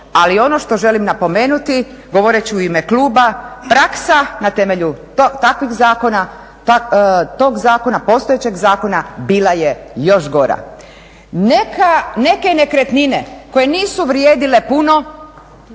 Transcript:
Ali ono što želim napomenuti govoreći u ime kluba praksa na temelju takvih zakona, tog zakona postojećeg zakona bila je još gora. Neke nekretnine koje nisu vrijedile puno